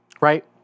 Right